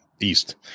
east